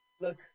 Look